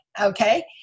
okay